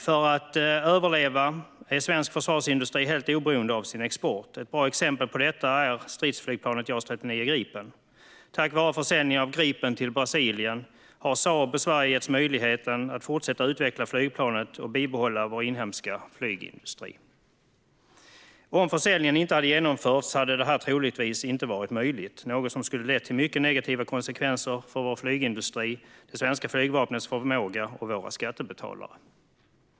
För att överleva är dock svensk försvarsindustri helt beroende av sin export. Ett bra exempel på detta är stridsflygplanet JAS 39 Gripen. Tack vare försäljningen av Gripen till Brasilien har Saab och Sverige getts möjligheten att fortsätta utveckla flygplanet och bibehålla vår inhemska flygindustri. Om försäljningen inte hade genomförts hade detta troligtvis inte varit möjligt - något som skulle ha lett till mycket negativa konsekvenser för vår flygindustri, det svenska flygvapnets förmåga och våra skattebetalare.